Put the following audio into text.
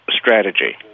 strategy